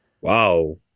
Wow